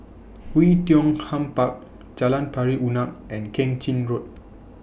Oei Tiong Ham Park Jalan Pari Unak and Keng Chin Road